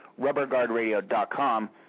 rubberguardradio.com